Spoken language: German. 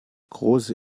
große